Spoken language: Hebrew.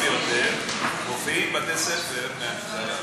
ביותר מופיעים בתי-ספר מהמגזר הערבי.